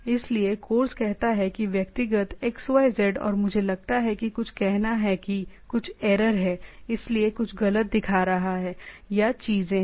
इसलिए कोर्स कहता है कि व्यक्तिगत xyz और मुझे लगता है कि कुछ कहना है कि कुछ एरर है इसलिए कुछ गलत दिखा रहा है या चीजें हैं